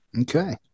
Okay